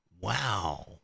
Wow